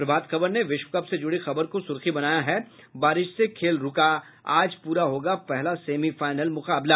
प्रभात खबर ने विश्व कप से जुड़ी खबर को सुर्खी बनाया है बारिश से खेल रूका आज पूरा होगा पहला सेमीफाईनल मुकाबला